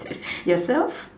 yourself